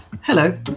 Hello